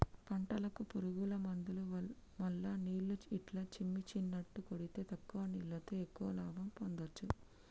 పంటలకు పురుగుల మందులు మల్ల నీళ్లు ఇట్లా చిమ్మిచినట్టు కొడితే తక్కువ నీళ్లతో ఎక్కువ లాభం పొందొచ్చు